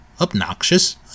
obnoxious